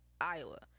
Iowa